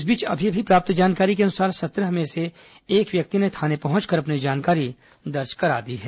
इस बीच अभी अभी प्राप्त जानकारी के अनुसार सत्रह में से एक व्यक्ति ने थाने पहुंचकर अपनी जानकारी दर्ज करा दी है